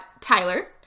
tyler